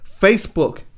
Facebook